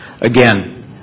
Again